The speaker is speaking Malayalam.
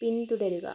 പിന്തുടരുക